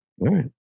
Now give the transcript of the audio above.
Right